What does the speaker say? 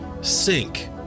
sink